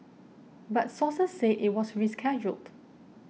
but sources say it was rescheduled